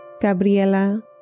Gabriela